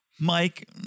Mike